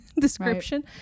description